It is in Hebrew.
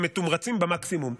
הם מתומרצים במקסימום,